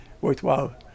worthwhile